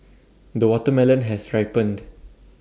the watermelon has ripened